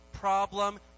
problem